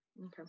okay